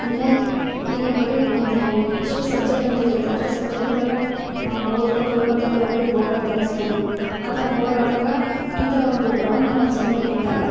ಅಂದರೆ ಈಗ ಬರಿ ಒಂದು ಇಷ್ಟು ಸಬ್ಜೆಕ್ಟ್ ಅಂತ ಇರ್ತೈತಿ ಅಷ್ಟು ಸಬ್ಜೆಕ್ಟುಗಳನ್ನು ಓದ್ಕೋತಾ ಓದ್ಕೊಂತಾ ಕೆಲವೊಬ್ಬರಿಗೆ ಬೋರಂತ ಅನ್ಸ್ಬೋದು ಆ ಥರ ಬೋರ್ ಆದಾಗ ಈ ಥರ ಒಂದು ಡ್ರಾಯಿಂಗ್ ಅನ್ನೋ ಸಬ್ಜೆಕ್ಟ್ನ ಇಟ್ಟಾಗ